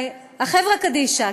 החברה קדישא,